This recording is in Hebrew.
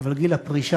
אבל גיל הפרישה,